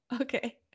Okay